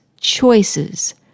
choices